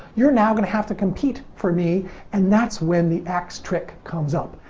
you're now going to have to compete for me and that's when the axe trick comes up.